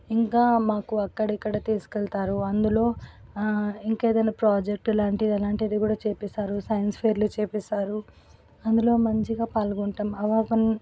ఇంకా మాకు అక్కడక్కడ తీసుకెళ్తారు అందులో ఇంకా ఏదైనా ప్రాజెక్టు లాంటిది అలాంటిది కూడా చేపిస్తారు సైన్స్ ఫెయిర్లు చేపిస్తారు అందులో మంచిగా పాల్గొంటాం